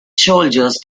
soldiers